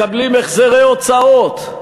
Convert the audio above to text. מקבלים החזרי הוצאות,